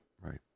right